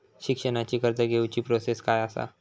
शिक्षणाची कर्ज घेऊची प्रोसेस काय असा?